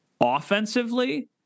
offensively